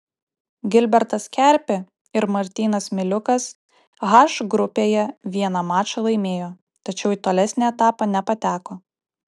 gilbertas kerpė ir martynas miliukas h grupėje vieną mačą laimėjo tačiau į tolesnį etapą nepateko